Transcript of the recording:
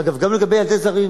אגב, גם לגבי ילדי זרים,